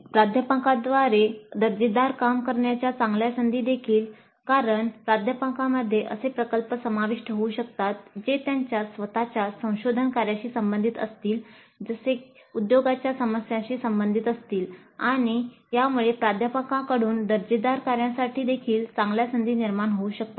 प्राध्यापकांद्वारे दर्जेदार काम करण्याच्या चांगल्या संधी कारण प्राध्यापकांमध्ये असे प्रकल्प समाविष्ट होऊ शकतात जे त्यांच्या स्वत च्या संशोधन कार्याशी संबंधित असतील जे उद्योगाच्या समस्यांशी संबंधित असतील आणि यामुळे प्राध्यापकांकडून दर्जेदार कार्यासाठी देखील चांगल्या संधी निर्माण होऊ शकतात